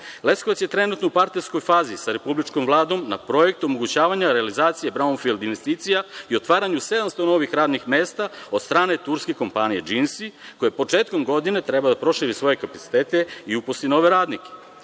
Leskovac je trenutno u partnerskoj fazi sa republičkom Vladom na projektu omogućavanja realizacije braunfild investicija i otvaranju 700 novih radnih mesta od strane turske kompanije „Džinsi“, koja početkom godine treba da proširi svoje kapacitete i uposli nove radnike. Upornim